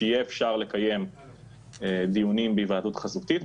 שיהיה אפשר לקיים דיונים בהיוועדות חזותית,